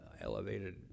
elevated